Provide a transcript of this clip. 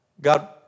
God